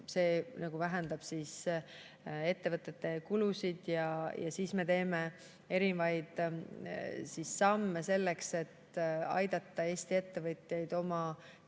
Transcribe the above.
see vähendab ettevõtete kulusid. Ja siis me teeme erinevaid samme selleks, et aidata Eesti ettevõtjatel oma